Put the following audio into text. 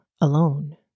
alone